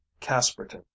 casperton